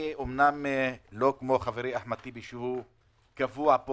אני לא כמו חברי אחמד טיבי, שקבוע פה